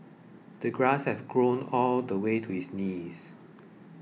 the grass had grown all the way to his knees